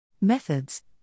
Methods